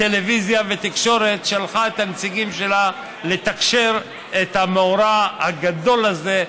טלוויזיה ותקשורת שלחה את הנציגים שלה לתקשר את המאורע הגדול הזה,